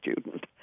student